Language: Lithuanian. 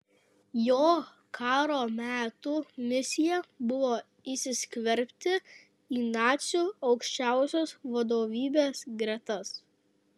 jo karo metų misija buvo įsiskverbti į nacių aukščiausios vadovybės gretas